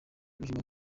uyu